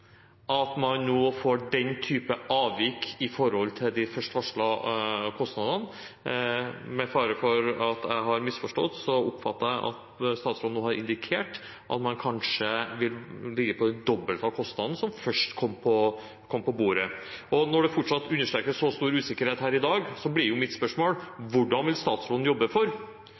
at man nå får den typen avvik i forhold til de først varslede kostnadene. Med fare for at jeg har misforstått, oppfattet jeg at statsråden nå har indikert at man kanskje vil ligge på det dobbelte av kostnaden som først kom på bordet. Når det fortsatt understrekes så stor usikkerhet her i dag, blir mitt spørsmål: Hvordan vil statsråden jobbe for